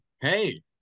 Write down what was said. hey